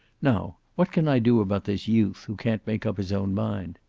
now what can i do about this youth who can't make up his own mind?